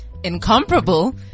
Incomparable